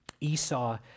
Esau